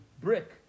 brick